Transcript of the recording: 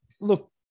look